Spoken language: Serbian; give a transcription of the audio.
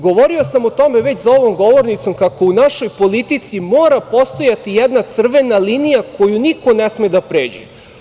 Govorio sam o tome već za ovom govornicom, kako u našoj politici mora postojati jedan crvena linija koju niko ne sme da pređe.